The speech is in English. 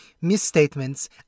misstatements